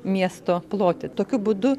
miesto plotį tokiu būdu